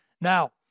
Now